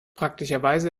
praktischerweise